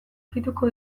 ukituko